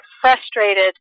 frustrated